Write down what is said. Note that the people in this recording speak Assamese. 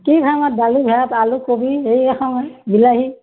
কি খাম আৰু দালি ভাত আলু কবি এয়ে খাম আৰু বিলাহী